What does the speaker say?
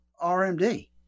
RMD